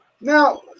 Now